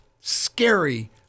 scary